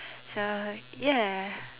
so ya